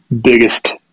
biggest